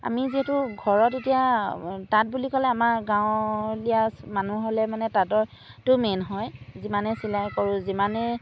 আমি যিহেতু ঘৰত এতিয়া তাঁত বুলি ক'লে আমাৰ গাঁৱলীয়া মানুহ হ'লে মানে তাঁতইটো মেইন হয় যিমানে চিলাই কৰোঁ যিমানে